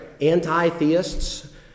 Anti-theists